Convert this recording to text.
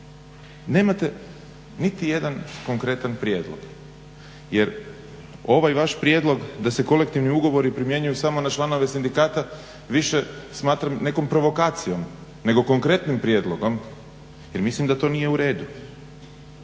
nemate niti jedan konkretan prijedlog jer ovaj vaš prijedlog da se kolektivni ugovori primjenjuju samo na članove sindikata više smatram nekom provokacijom nego konkretnim prijedlogom jer mislim da to nije u redu.